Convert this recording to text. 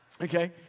okay